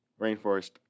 rainforest